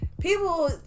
People